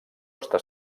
està